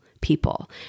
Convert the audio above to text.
people